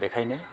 बेखायनो